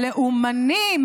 הלאומני,